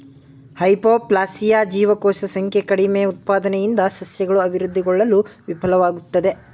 hypoplasia ಜೀವಕೋಶ ಸಂಖ್ಯೆ ಕಡಿಮೆಉತ್ಪಾದನೆಯಿಂದ ಸಸ್ಯಗಳು ಅಭಿವೃದ್ಧಿಗೊಳ್ಳಲು ವಿಫಲ್ವಾಗ್ತದೆ